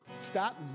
Stop